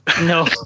No